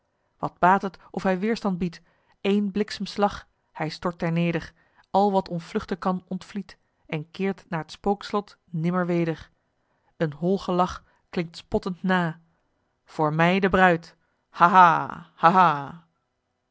wat baat het of hij weerstand biedt eén bliksemslag hij stort ter neder al wat ontvluchten kan ontvliedt en keert naar t spookslot nimmer weder een hol gelach klinkt spottend na voor mij de bruid haha